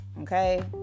okay